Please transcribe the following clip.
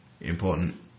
important